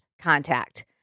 contact